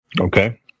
Okay